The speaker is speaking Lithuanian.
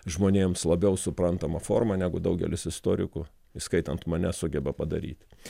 žmonėms labiau suprantama forma negu daugelis istorikų įskaitant mane sugeba padaryti